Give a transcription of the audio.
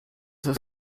his